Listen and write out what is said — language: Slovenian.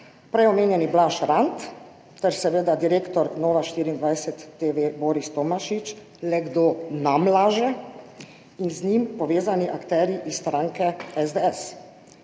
prej omenjeni Blaž Rant ter seveda direktor Nove24TV Boris Tomašič – le kdo nam laže? – in z njim povezani akterji iz stranke SDS.